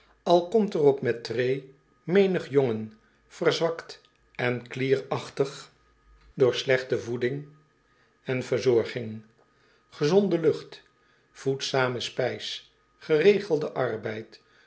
al komt er op mettray menig jongen verzwakt en klierachtig door slechte voeding en verzorging gezonde lucht voedzame spijs geregelde arbeid